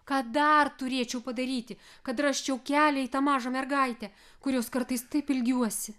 ką dar turėčiau padaryti kad rasčiau kelią į tą mažą mergaitę kurios kartais taip ilgiuosi